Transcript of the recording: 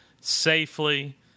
safely